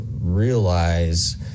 realize